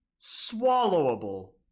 Swallowable